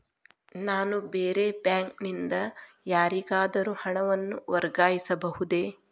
ನಾನು ಬೇರೆ ಬ್ಯಾಂಕ್ ನಿಂದ ಯಾರಿಗಾದರೂ ಹಣವನ್ನು ವರ್ಗಾಯಿಸಬಹುದೇ?